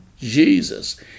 Jesus